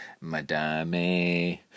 madame